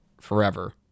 forever